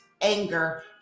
anger